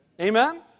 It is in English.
Amen